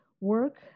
work